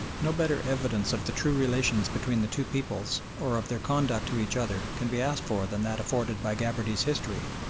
no better evidence of the true relations between the two peoples or of their conduct to each other can be asked for than that afforded by gabarty's history,